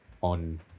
on